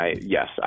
yes